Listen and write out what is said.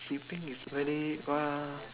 sleeping is very !wah!